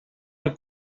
del